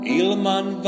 ilman